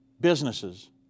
businesses